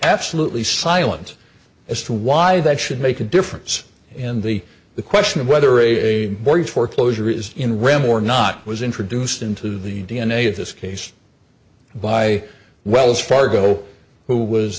absolutely silent as to why that should make a difference in the the question of whether a foreclosure is in ram or not was introduced into the d n a of this case by wells fargo who was